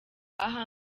aha